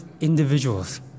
individuals